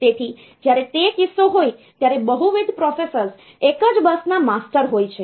તેથી જ્યારે તે કિસ્સો હોય ત્યારે બહુવિધ પ્રોસેસર્સ એક જ બસના માસ્ટર હોય છે